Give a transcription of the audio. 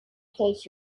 case